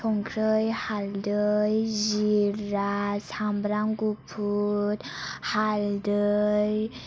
संख्रि हालदै जिरा सामब्राम गुफुर हालदै